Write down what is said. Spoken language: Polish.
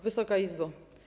Wysoka Izbo!